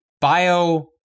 bio